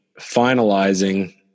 finalizing